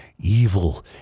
evil